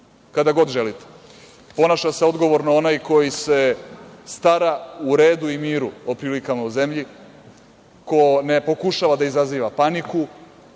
kada god želite. Ponaša se odgovorno onaj koji se stara o redu i miru, o prilikama u zemlji, ko ne pokušava da izaziva paniku,